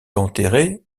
enterré